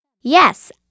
Yes